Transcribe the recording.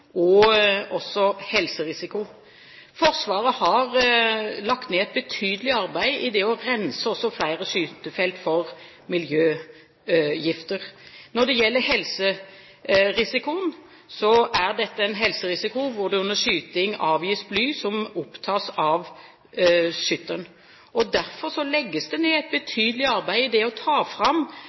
Forsvaret har lagt ned et betydelig arbeid i det å rense flere skytefelt for miljøgifter. Når det gjelder helserisikoen, så er dette en helserisiko hvor det under skyting avgis bly som opptas av skytteren. Derfor legges det ned et betydelig arbeid i det å få fram